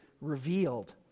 revealed